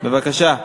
בבקשה.